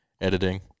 editing